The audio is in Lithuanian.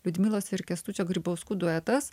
liudmilos ir kęstučio grybauskų duetas